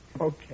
Okay